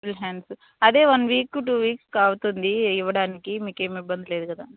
full hands అదే one week two weeks అవుతుంది ఇవ్వడానికి మీకు ఏమి ఇబ్బంది లేదు కదా